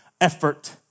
effort